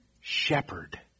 shepherd